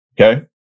okay